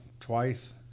Twice